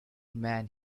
man